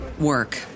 work